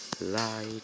light